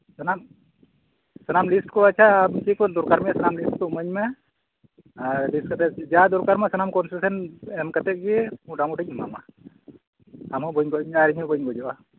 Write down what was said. ᱥᱟᱱᱟᱢ ᱥᱟᱱᱟᱢ ᱞᱤᱥᱴ ᱠᱚ ᱟᱪᱪᱷᱟ ᱪᱮᱫ ᱠᱚ ᱫᱚᱨᱠᱟᱨ ᱢᱮᱱᱟᱜ ᱛᱟᱢᱟ ᱮᱠᱴᱩ ᱤᱢᱟᱹᱧ ᱢᱮ ᱟᱨ ᱞᱤᱥᱴ ᱠᱟᱛᱮᱫ ᱡᱟ ᱫᱚᱨᱠᱟᱨ ᱢᱮᱱᱟᱜ ᱥᱟᱱᱟᱢ ᱠᱚᱥᱮᱥᱮᱱ ᱮᱢ ᱠᱟᱛᱮ ᱜᱮ ᱢᱚᱴᱟᱢᱩᱴᱤᱧ ᱮᱢᱟᱢᱟ ᱟᱢ ᱦᱚᱸ ᱵᱟᱹᱧ ᱜᱚᱡ ᱢᱮᱭᱟ ᱤᱧ ᱦᱚᱸ ᱵᱟᱹᱧ ᱜᱚᱡᱚᱜᱼᱟ